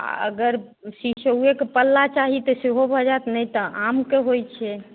आ अगर शीशोएके पल्ला चाही तऽ सेहो भऽ जाएत नहि तऽ आमके होइत छै